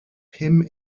pum